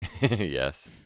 Yes